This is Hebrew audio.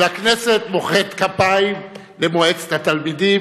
אבל הכנסת מוחאת כפיים למועצת התלמידים,